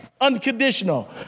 unconditional